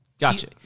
Gotcha